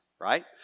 right